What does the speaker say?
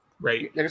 Right